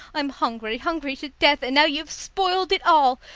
i'm hungry, hungry to death, and now you've spoiled it all!